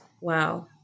Wow